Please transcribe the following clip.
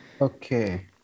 Okay